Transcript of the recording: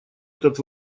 этот